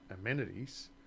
amenities